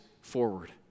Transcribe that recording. forward